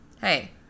hey